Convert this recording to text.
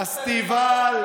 הקוזק הנגזל, פסטיבל,